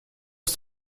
ist